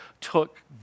took